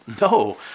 No